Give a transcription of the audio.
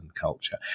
culture